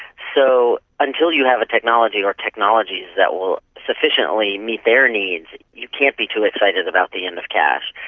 so until you have a technology or technologies that will sufficiently meet their needs, you can't be too excited about the end of cash.